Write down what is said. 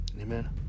Amen